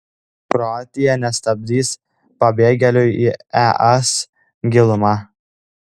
kroatija nestabdys pabėgėlių į es gilumą